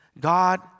God